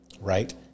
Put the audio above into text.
right